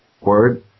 Word